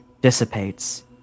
dissipates